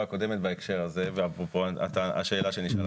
הקודמת בהקשר הזה ואפרופו השאלה שנשאלה.